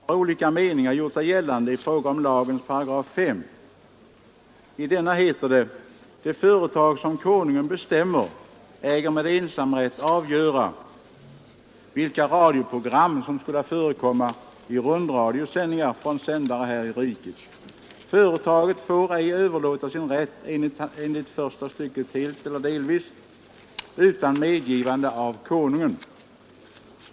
Herr talman! Alltsedan den nuvarande radiolagen antogs av riksdagen år 1966 har olika meningar gjort sig gällande i fråga om lagens 5 §. I denna heter det: ”Det företag som Konungen bestämmer äger med ensamrätt avgöra vilka radioprogram som skola förekomma i rundradiosändning från sändare här i riket.